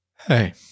Hey